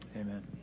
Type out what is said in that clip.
Amen